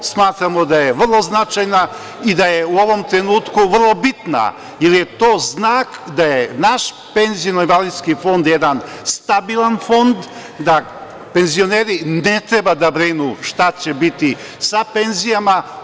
Smatramo da je vrlo značajna i da je u ovom trenutku vrlo bitna, jer je to znak da je naš PIO fond jedan stabilan fond, da penzioneri ne treba da brinu šta će biti sa penzijama.